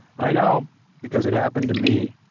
i know because it happened to me.